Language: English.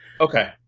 Okay